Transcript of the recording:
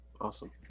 Awesome